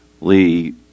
Lee